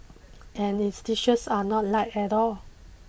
and its dishes are not light at all